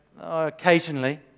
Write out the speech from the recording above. occasionally